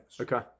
Okay